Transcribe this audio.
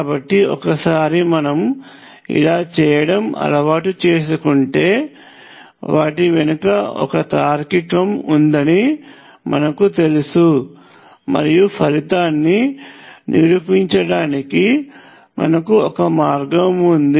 కాబట్టి ఒకసారి మనము ఇలా చేయడం అలవాటు చేసుకుంటే వాటి వెనుక ఒక తార్కికం ఉందని మనకు తెలుసు మరియు ఫలితాన్ని నిరూపించడానికి మనకు ఒక మార్గం ఉంది